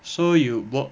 so you work